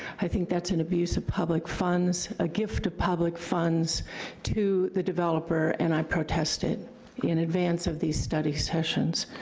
i think that's an abuse of public funds, a gift of public funds to the developer, and i protest it in advance of these study sessions.